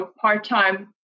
part-time